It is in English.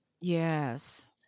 Yes